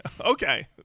Okay